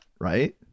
right